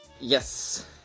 Yes